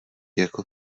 jako